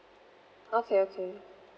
okay okay